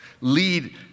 Lead